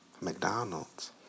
McDonald's